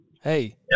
hey